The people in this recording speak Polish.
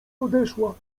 odeszła